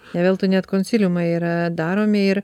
ne veltui net konsiliumai yra daromi ir